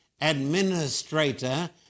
administrator